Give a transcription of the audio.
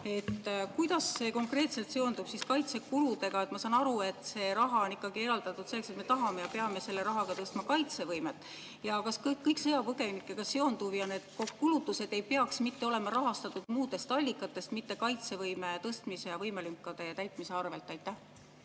Kuidas see konkreetselt seondub kaitsekuludega? Ma saan aru, et see raha on ikkagi eraldatud selleks, et me tahame tõsta ja peame selle rahaga tõstma kaitsevõimet. Kas kõik sõjapõgenikega seonduv ja need kulutused ei peaks mitte olema rahastatud muudest allikatest, mitte kaitsevõime tõstmise ja võimelünkade täitmise arvel? Aitäh,